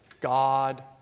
God